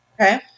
Okay